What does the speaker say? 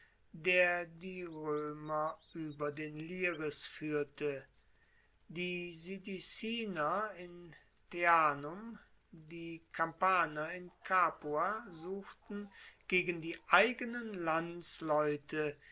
der die roemer ueber den liris fuehrte die sidiciner in teanum die kampaner in capua suchten gegen die eigenen landsleute